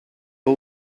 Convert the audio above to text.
but